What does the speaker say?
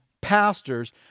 pastors